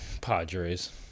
Padres